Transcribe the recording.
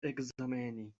ekzameni